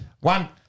One